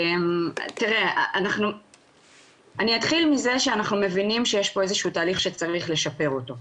אני אתחיל מזה שאנחנו מבינים שיש פה איזה שהוא תהליך שצריך לשפר אותו.